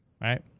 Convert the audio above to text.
right